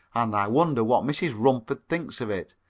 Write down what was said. and i wonder what mrs. rumford thinks of it.